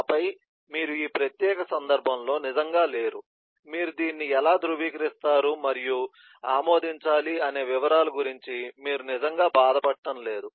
ఆపై మీరు ఈ ప్రత్యేక సందర్భంలో నిజంగా లేరు మీరు దీన్ని ఎలా ధృవీకరిస్తారు మరియు ఆమోదించాలి అనే వివరాల గురించి మీరు నిజంగా బాధపడటం లేదు